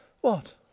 What